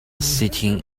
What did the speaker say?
sitting